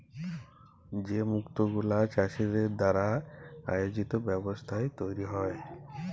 যে মুক্ত গুলা চাষীদের দ্বারা আয়জিত ব্যবস্থায় তৈরী হ্যয়